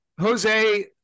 Jose